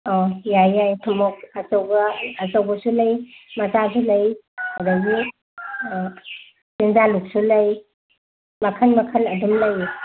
ꯌꯥꯏꯌꯦ ꯌꯥꯏꯌꯦ ꯊꯨꯃꯣꯛ ꯑꯆꯧꯕ ꯑꯆꯧꯕꯁꯨ ꯂꯩ ꯃꯆꯥꯁꯨ ꯂꯩ ꯑꯗꯒꯤ ꯂꯩ ꯃꯈꯜ ꯃꯈꯜ ꯑꯗꯨꯝ ꯂꯩꯌꯦ